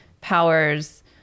powers